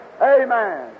Amen